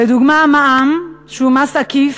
לדוגמה, המע"מ, שהוא מס עקיף,